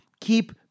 keep